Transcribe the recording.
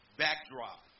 backdrop